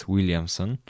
Williamson